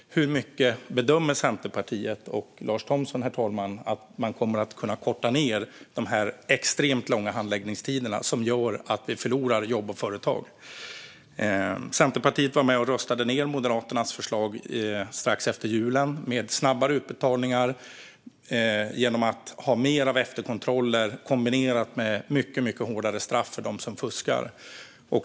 Hur mycket bedömer Centerpartiet och Lars Thomsson, herr talman, att man kommer att kunna korta ned de extremt långa handläggningstiderna, som gör att vi förlorar jobb och företag? Centerpartiet var strax efter jul med och röstade ned Moderaternas förslag om snabbare utbetalningar genom mer av efterkontroller kombinerat med mycket hårdare straff för dem som fuskar.